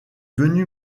venu